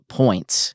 points